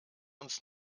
uns